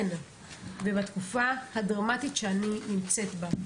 בתקופה הדרמטית שאני נמצאת בה,